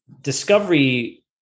discovery